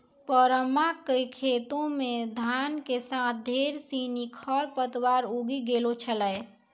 परमा कॅ खेतो मॅ धान के साथॅ ढेर सिनि खर पतवार उगी गेलो छेलै